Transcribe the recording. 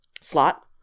slot